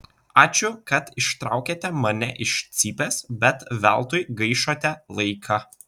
ačiū kad ištraukėte mane iš cypės bet veltui gaišote laiką